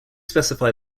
specify